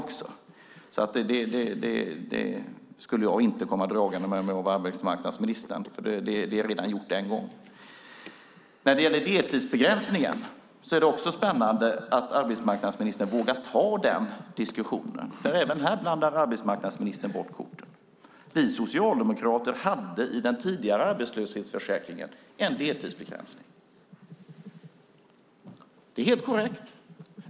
Jag skulle inte komma dragande med den om jag var arbetsmarknadsministern. Det är redan gjort en gång. När det gäller deltidsbegränsningen är det också spännande att arbetsmarknadsministern vågar ta den diskussionen. Även här blandar arbetsmarknadsministern bort korten. Vi socialdemokrater hade i den tidigare arbetslöshetsförsäkringen en deltidsbegränsning. Det är helt korrekt.